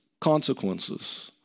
consequences